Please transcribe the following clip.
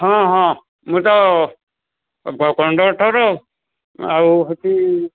ହଁ ହଁ ମୁଁ ତ କଣ୍ଡକ୍ଟର ଆଉ ହେଉଛି